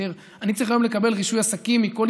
היום אני צריך לקבל רישוי עסקים מכל